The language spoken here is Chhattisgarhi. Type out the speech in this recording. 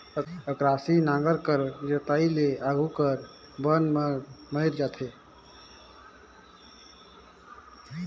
अकरासी नांगर कर जोताई ले आघु कर जामल बन मन मइर जाथे